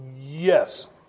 Yes